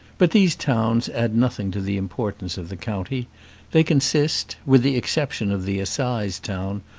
but these towns add nothing to the importance of the county they consist, with the exception of the assize town,